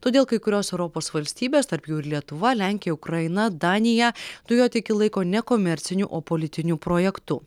todėl kai kurios europos valstybės tarp jų ir lietuva lenkija ukraina danija dujotiekį laiko ne komerciniu o politiniu projektu